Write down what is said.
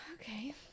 okay